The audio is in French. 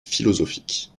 philosophiques